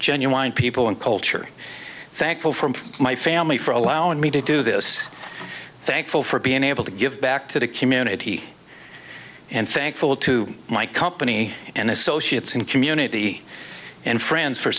genuine people and culture thankful from my family for allowing me to do this thankful for being able to give back to the community and thankful to my company and associates in community and friends for